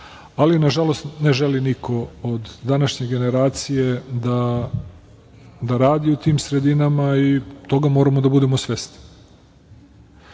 ali nažalost ne želi niko od današnje generacije da radi u tim sredinama i toga moramo da budemo svesni. Ono